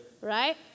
Right